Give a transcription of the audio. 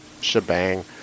shebang